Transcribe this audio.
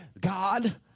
God